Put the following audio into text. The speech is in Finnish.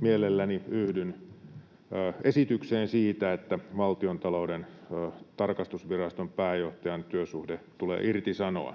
mielelläni yhdyn esitykseen siitä, että Valtiontalouden tarkastusviraston pääjohtajan työsuhde tulee irtisanoa.